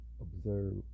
observe